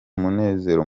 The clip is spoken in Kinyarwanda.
umunezero